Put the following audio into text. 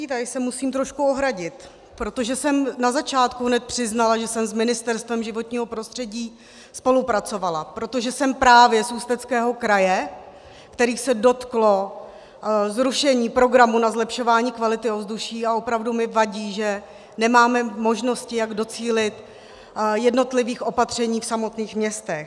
Tady se musím trochu ohradit, protože jsem hned na začátku přiznala, že jsem s Ministerstvem životního prostředí spolupracovala, protože jsem právě z Ústeckého kraje, kterého se dotklo zrušení programů na zlepšování kvality ovzduší, a opravdu mi vadí, že nemáme možnosti, jak docílit jednotlivých opatření v samotných městech.